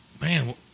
Man